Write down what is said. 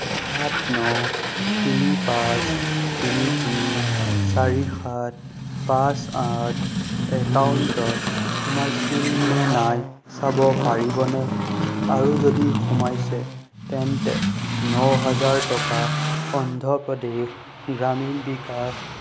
সাত ন তিনি পাঁচ তিনি তিনি চাৰি সাত পাঁচ আঠ একাউণ্টত সোমাইছিল নে নাই চাব পাৰিবনে আৰু যদি সোমাইছে তেন্তে ন হাজাৰ টকা অন্ধ্ৰ প্ৰদেশ গ্ৰামীণ বিকাশ